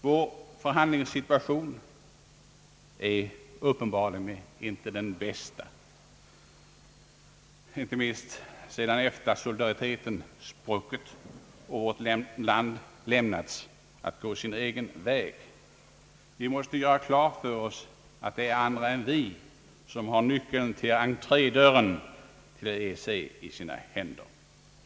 Vår förhandlingssituation är uppenbarligen inte den bästa, inte minst sedan EFTA-solidariteten spruckit och vårt land lämnats att gå sin egen väg. Vi måste göra klart för oss, att det är andra än vi som har nyckeln till entré dörren till EEC i sina händer.